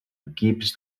equips